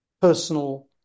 personal